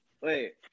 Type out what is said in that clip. Wait